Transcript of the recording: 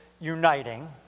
uniting